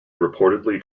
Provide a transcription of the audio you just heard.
reportedly